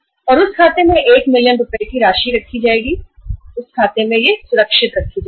और उस खाते में1 मिलियन की राशि सुरक्षित रखी जाएगी